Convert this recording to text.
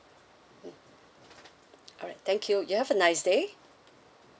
mm alright thank you you have a nice day